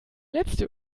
letzte